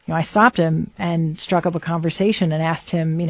you know i stopped him and struck up a conversation and asked him, you know,